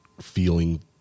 feeling